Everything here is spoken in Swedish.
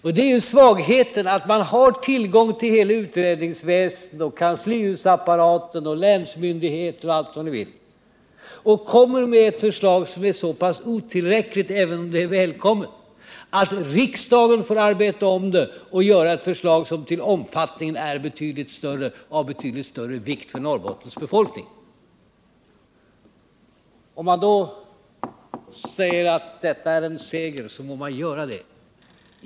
Och det är svagheten; ni har tillgång till hela utredningsväsendet, kanslihusapparaten, länsmyndigheter och allt vad ni vill, men ni kommer med ett förslag som är så pass otillräckligt, även om det är välkommet, att riksdagen får arbeta om det till ett förslag som är mer omfattande och av betydligt större vikt för Norrbottens befolkning. Om man då säger att detta är en seger, så må man göra det.